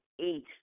eight